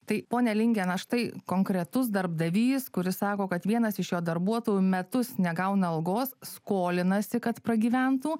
tai pone lingen aš tai konkretus darbdavys kuris sako kad vienas iš jo darbuotojų metus negauna algos skolinasi kad pragyventų